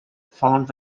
formed